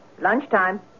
Lunchtime